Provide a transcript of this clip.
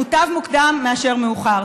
מוטב מוקדם מאשר מאוחר.